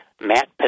Matt